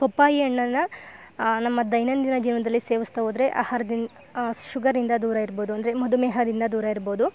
ಪಪ್ಪಾಯಿ ಹಣ್ಣನ್ನ ನಮ್ಮ ದೈನಂದಿನ ಜೀವನದಲ್ಲಿ ಸೇವಿಸ್ತಾ ಹೋದ್ರೆ ಆಹಾರದಿಂದ ಶುಗರಿಂದ ದೂರಯಿರ್ಬೌದು ಅಂದರೆ ಮಧುಮೇಹದಿಂದ ದೂರಯಿರ್ಬೋದು